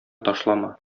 ташлама